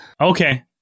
Okay